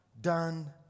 done